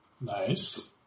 Nice